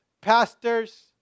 pastors